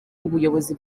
ubuyobozi